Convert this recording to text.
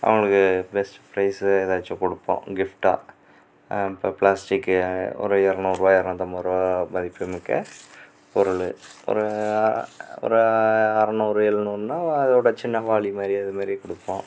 அவங்குளுக்கு best prize எதாச்சும் கொடுப்போம் கிஃப்டாக இப்போ ப்ளாஸ்ட்டிக்கு ஒரு இரநூறுவா இரநூத்தம்பதுரூவா மதிப்பு மிக்க பொருள் ஒரு ஒரு அறநூறு எழுநூறுன்னா அதோட சின்ன வாலிமாரி அதுமாரி கொடுப்போம்